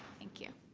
thank you.